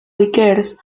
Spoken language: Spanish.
vickers